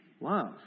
Love